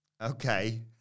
Okay